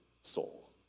soul